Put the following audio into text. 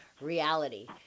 Reality